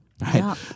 right